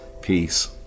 Peace